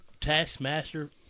Taskmaster